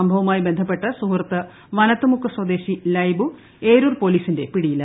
സംഭവുമായി ബന്ധപ്പെട്ട് സുഹൃത്ത് വനത്തുമുക്ക് സ്വദേശി ലൈബു ഏരൂർ പോലീസിന്റെ പിടിയിലായി